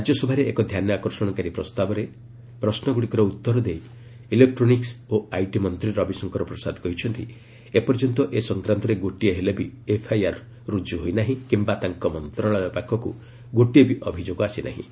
ରାଜ୍ୟସଭାରେ ଏକ ଧ୍ୟାନଆକର୍ଷଣକାରୀ ପ୍ରସ୍ତାବରେ ପ୍ରଶ୍ନଗୁଡ଼ିକର ଉତ୍ତର ଦେଇ ଇଲେକ୍ଟ୍ରୋନିକ୍ ଓ ଆଇଟି ମନ୍ତ୍ରୀ ରବିଶଙ୍କର ପ୍ରସାଦ କହିଛନ୍ତି ଏପର୍ଯ୍ୟନ୍ତ ଏ ସଂକ୍ରାନ୍ତରେ ଗୋଟିଏ ହେଲେ ବି ଏଫ୍ଆଇଆର୍ ରୁଜୁ ହୋଇନାହିଁ କିମ୍ବା ତାଙ୍କ ମନ୍ତ୍ରଣାଳୟ ପାଖକୁ ଗୋଟିଏ ବି ଅଭିଯୋଗ ଆସିନାହିଁ